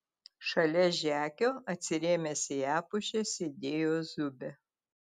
šalia žekio atsirėmęs į epušę sėdėjo zubė